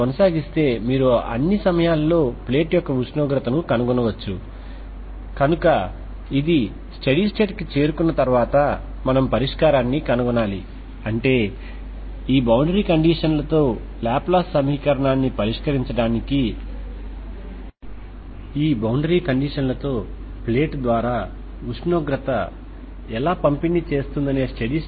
అలాగే మీకు spatial variable x ఉంది అది 0xL మరియు t0 మరియుt0 వద్ద దాని ఇనీషియల్ కండిషన్ ux0f మరియు బౌండరీ కండిషన్ ux0t0 మరియు uxLt0 కోసం మరియు మరొక చివరలో ∀t కోసం t0 వద్ద uxLt0